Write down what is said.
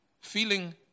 feeling